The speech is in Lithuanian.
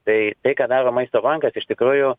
tai tai ką daro maisto bankas iš tikrųjų